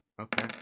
okay